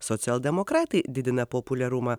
socialdemokratai didina populiarumą